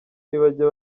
ntibajya